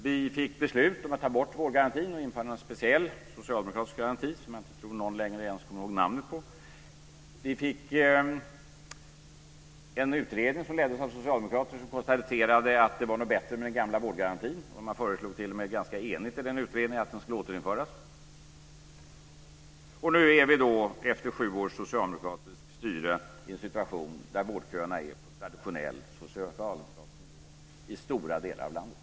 Vi fick beslut om att ta bort vårdgarantin och införa en speciell socialdemokratisk garanti, som jag inte tror att någon längre ens kommer ihåg namnet på. Vi fick en utredning som leddes av socialdemokrater och som konstaterade att det nog var bättre med den gamla vårdgarantin, och man föreslog t.o.m. ganska enigt i den utredningen att den skulle återinföras. Och nu är vi då, efter sju års socialdemokratiskt styre, i en situation då vårdköerna är på traditionell socialdemokratisk nivå i stora delar av landet.